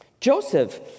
Joseph